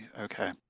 okay